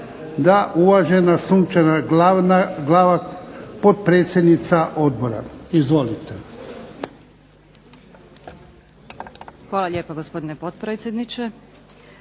Da. Uvažena Sunčana Glavak, potpredsjednica odbora. Izvolite.